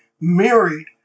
married